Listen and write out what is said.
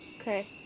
Okay